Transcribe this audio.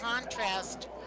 contrast